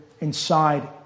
inside